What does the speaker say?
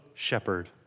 shepherd